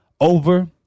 over